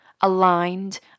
aligned